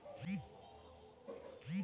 mutual फंडत पैसा डूबवार संभावना बहुत कम छ